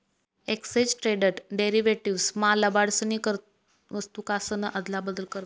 exchange traded derivatives मा लबाडसनी वस्तूकासन आदला बदल करतस